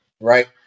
right